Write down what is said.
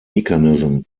mechanism